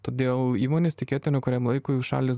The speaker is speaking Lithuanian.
todėl įmonės tikėtina kuriam laikui užšaldys